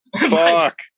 Fuck